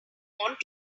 want